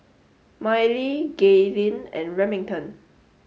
Mylie Gaylene and Remington